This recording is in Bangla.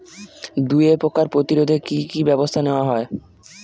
দুয়ে পোকার প্রতিরোধে কি কি ব্যাবস্থা নেওয়া হয়?